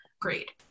great